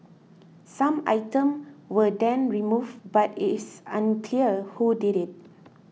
some items were then removed but it is unclear who did it